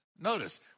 Notice